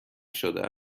شده